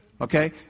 Okay